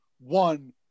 one